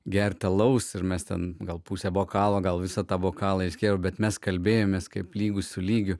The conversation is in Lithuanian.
gerti alaus ir mes ten gal pusę bokalo gal visą tavo kavą išgėriau bet mes kalbėjomės kaip lygus su lygiu